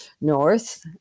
North